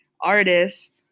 artist